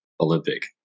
Olympic